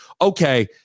okay